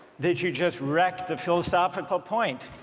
that you just wrecked the philosophical point.